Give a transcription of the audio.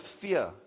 fear